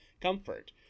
comfort